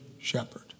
shepherd